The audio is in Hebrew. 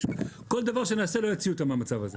כל דבר שנעשה לא יוציא אותם מהדבר הזה.